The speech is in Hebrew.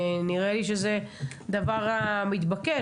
נראה לי שזה הדבר המתבקש,